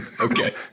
Okay